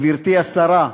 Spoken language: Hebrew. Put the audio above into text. גברתי השרה,